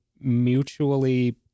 mutually